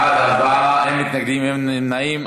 בעד, 4, אין מתנגדים, אין נמנעים.